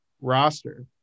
roster